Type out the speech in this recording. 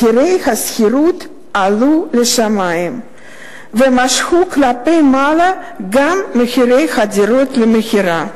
מחירי השכירות עלו לשמים ומשכו כלפי מעלה גם את מחירי הדירות למכירה,